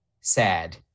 sad